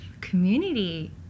community